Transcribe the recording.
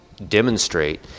Demonstrate